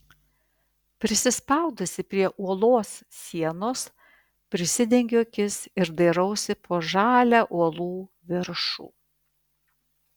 prisispaudusi prie uolos sienos prisidengiu akis ir dairausi po žalią uolų viršų